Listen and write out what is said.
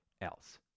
else